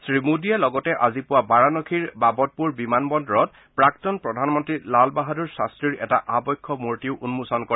শ্ৰীমোদীয়ে লগতে আজি পুৱা বাৰাণসীৰ বাবতপুৰ বিমান বন্দৰত প্ৰাক্তন প্ৰধানমন্ত্ৰী লাল বাহাদুৰ শাস্ত্ৰীৰ এটা আৱক্ষ মূৰ্তিও উন্মোচন কৰে